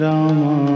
Rama